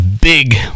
Big